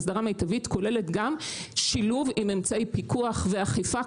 אסדרה מיטבית כוללת גם שילוב עם אמצעי פיקוח ואכיפה,